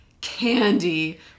candy